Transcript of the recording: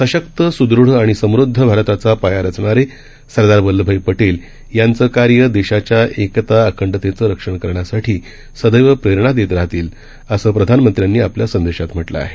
सशक्त स्दृ ढ़आणिसमृद्धभारताचापायारचणारेसरदारवल्लभभाईपटेलयांचंकार्यदेशाच्याएकताअखंडतेचंरक्षणकर ण्यासाठीसदैवप्रेरणादेतराहतील असंप्रधानमंत्र्यांनीआपल्यासंदेशातम्हटलंआहे